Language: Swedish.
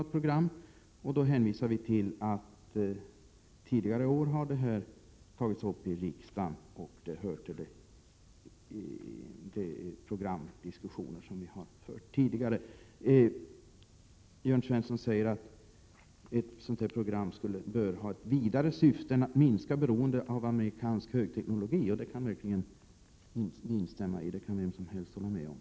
Utskottsmajoriteten hänvisar till att denna fråga vid flera tidigare tillfällen tagits upp i riksdagen och att denna diskussion alltså inte är ny. Jörn Svensson säger att ett sådant program ”bör ha ett vidare syfte än att minska beroendet av amerikansk högteknologi”. Det kan jag verkligen instämma i, och det kan vem som helst hålla med om.